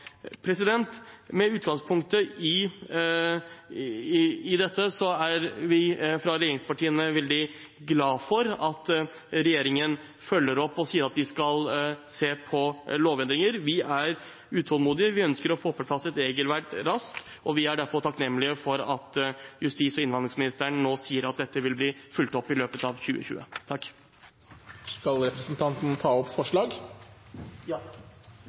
Med utgangspunkt i dette er vi fra regjeringspartiene veldig glad for at regjeringen følger opp og sier at den skal se på lovendringer. Vi er utålmodige, vi ønsker å få på plass et regelverk raskt, og vi er derfor takknemlige for at justis- og innvandringsministeren nå sier at dette vil bli fulgt opp i løpet av 2020. Skal representanten ta opp forslag? Ja,